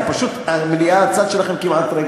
זה פשוט, המליאה, הצד שלכם כמעט ריק.